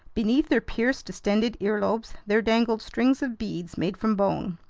beneath their pierced, distended earlobes there dangled strings of beads made from bone.